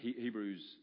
Hebrews